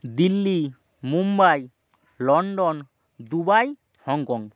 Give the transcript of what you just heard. Delhi Mumbai London Dubai Hong Kong